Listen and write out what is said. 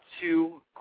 two